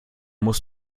muss